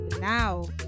now